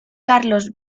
carlos